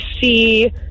see